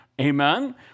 Amen